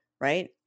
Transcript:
right